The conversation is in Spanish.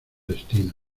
destino